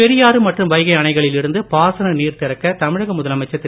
பெரியாறு மற்றும் வைகை அணைகளில் இருந்து பாசன நீர் திறக்க தமிழக முதலமைச்சர் திரு